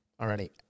already